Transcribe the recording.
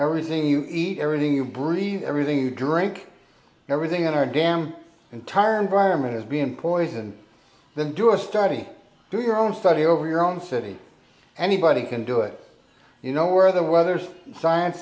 everything you eat everything you breathe everything you drink everything in our damn entire environment is being poisoned them do a study do your own study over your own city anybody can do it you know where the weather's science